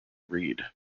read